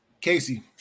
Casey